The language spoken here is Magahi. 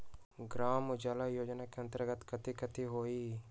ग्राम उजाला योजना के अंतर्गत कथी कथी होई?